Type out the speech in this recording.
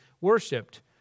worshipped